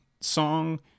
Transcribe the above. song